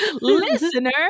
listener